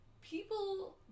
people